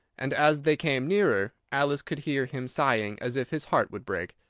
and, as they came nearer, alice could hear him sighing as if his heart would break.